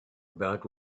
about